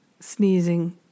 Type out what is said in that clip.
sneezing